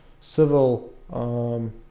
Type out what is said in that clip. civil